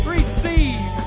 Receive